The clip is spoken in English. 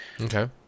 Okay